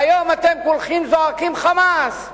והיום אתם כולכם זועקים חמס: